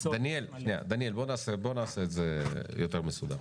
דניאל, בוא נעשה את זה יותר מסודר.